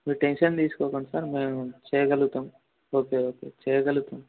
మీరు టెన్షన్ తీసుకోకండి సార్ మేం చేయగలుగుతాం ఓకే ఓకే చేయగలుగుతాం